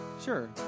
Sure